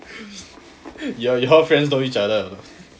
your your friends know each other or not